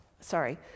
sorry